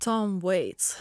tom veits